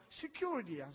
security